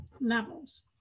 levels